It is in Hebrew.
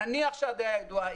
ונניח שהיא ידועה,